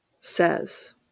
says